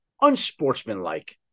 unsportsmanlike